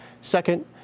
Second